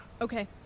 Okay